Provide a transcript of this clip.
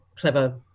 clever